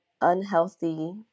unhealthy